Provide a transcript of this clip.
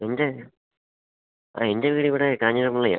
എൻ്റെ ആ എൻ്റെ വീടിവിടെ കാഞ്ഞിരപ്പള്ളിയാണ്